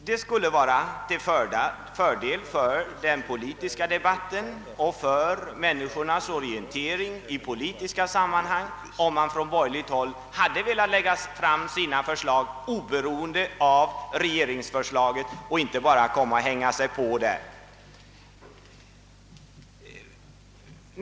Det skulle vara till fördel för den politiska debatten och för människornas orientering i politiska sammanhang, om de borgerliga lagt fram sina förslag oberoende av regeringsförslaget och inte bara efteråt hängt sig på detta förslag.